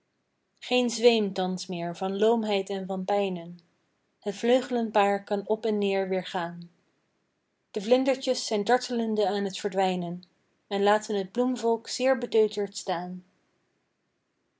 geen zweem thans meer van loomheid en van pijnen het vleugelenpaar kan op en neer weer gaan de vlindertjes zijn dartelende aan t verdwijnen en laten t bloemvolk zeer beteuterd staan